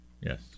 Yes